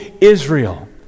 Israel